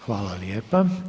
Hvala lijepa.